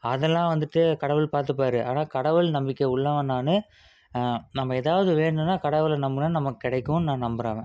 அதெல்லாம் வந்துட்டு கடவுள் பார்த்துப்பாரு ஆனால் கடவுள் நம்பிக்கை உள்ளவன் நான் நம்ம எதாவது வேணுனால் கடவுளை நம்புனால் நமக்கு கிடைக்குன்னு நான் நம்புகிறவன்